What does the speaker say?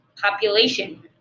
population